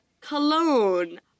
cologne